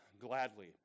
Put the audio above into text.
gladly